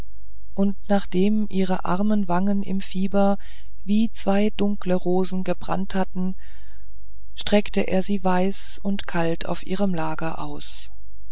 und nachdem ihre armen wangen im fieber wie zwei dunkle rosen gebrannt hatten streckte er sie weiß und kalt auf ihrem lager aus